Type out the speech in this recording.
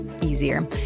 easier